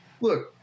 look